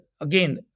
again